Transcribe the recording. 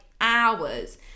hours